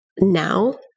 now